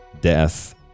death